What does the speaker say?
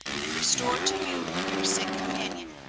and restore to you your sick companion.